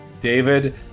David